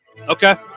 Okay